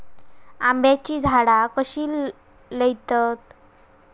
आम्याची झाडा कशी लयतत?